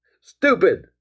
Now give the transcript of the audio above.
stupid